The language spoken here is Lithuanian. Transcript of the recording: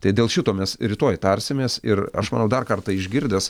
tai dėl šito mes rytoj tarsimės ir aš manau dar kartą išgirdęs